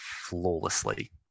flawlessly